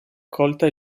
accolta